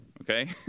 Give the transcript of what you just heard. okay